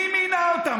מי מינה אותם?